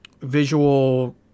visual